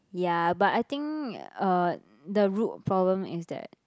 ya but I think uh the root problem is that